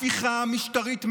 הפיכה משטרית מלאה.